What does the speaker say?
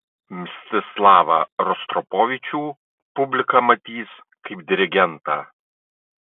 mstislavą rostropovičių publika matys kaip dirigentą